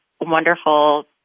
wonderful